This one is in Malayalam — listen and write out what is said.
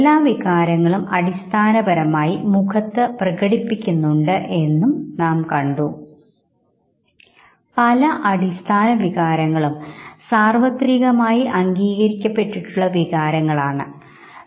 എല്ലാ വികാരങ്ങളും അടിസ്ഥാനപരമായി മുഖത്ത് പ്രകടിപ്പിക്കുന്നുണ്ട് എന്ന് നാം കണ്ടു കഴിഞ്ഞു പല അടിസ്ഥാന വികാരങ്ങളും സാർവത്രികമായി ആയി അംഗീകരിക്കപ്പെട്ടിട്ടുള്ള വികാരങ്ങളാണ് എന്ന് നമുക്കറിയാം